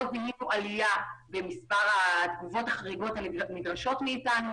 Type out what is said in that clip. לא זיהינו בעליה במספר התגובות החריגות הנדרשות מאתנו,